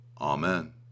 Amen